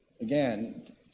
again